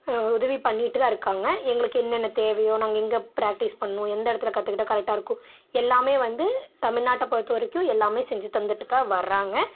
உதவி பண்ணிகிட்டுதான் இருக்காங்க எங்களுக்கு என்னென்ன தேவையோ நாங்கள் எங்கள் ப்ராக்டீஸ் பண்ணணும் எந்த இடத்துல கற்றுக்கிட்டா கரெக்டா இருக்கும் எல்லாமே வந்து தமிழ்நாட்டை பொறுத்த வரைக்கும் எல்லாமே செஞ்சு தந்துட்டு தான் வராங்க